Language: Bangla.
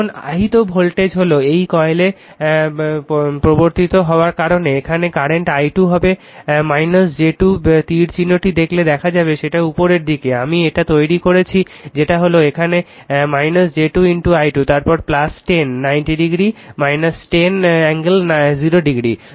এখন আহিত ভোল্টেজ হলো এই কয়েলে প্রবর্তিত হওয়ার কারণে এখানে কারেন্ট i2 হবে j 2 তীর চিহ্নটি দেখলে দেখা যাবে সেটা উপরের দিকে আমি এটা তৈরি করেছি যেটা হলো এখানে j 2 i2 তারপর 10 90 ডিগ্রী - 10 কোণ 0